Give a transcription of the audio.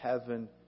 heaven